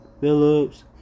Phillips